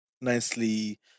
nicely